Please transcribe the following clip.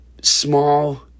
small